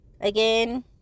again